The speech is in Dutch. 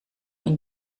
een